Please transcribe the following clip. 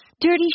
dirty